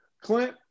Clint